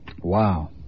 Wow